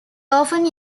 often